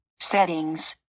settings